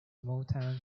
motown